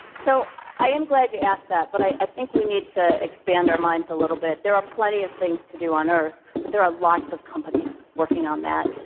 so i am glad you asked that, but i think we need to expand our minds a little bit. there are plenty of things to do on earth, but there are lots of companies working on that.